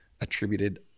attributed